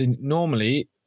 normally